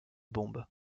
bombes